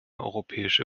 europäische